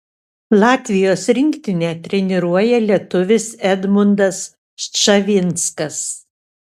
latvijos rinktinę treniruoja lietuvis edmundas ščavinskas